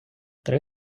три